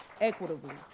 equitably